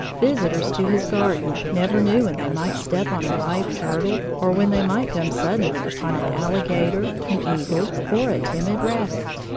visitors to his garden never knew when they might step on a live turtle, or when they might come suddenly upon an alligator, an eagle, or a timid rabbit.